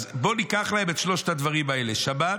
אז בואו ניקח את שלושת הדברים האלה: שבת,